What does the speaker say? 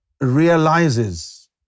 realizes